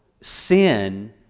sin